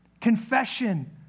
Confession